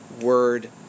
word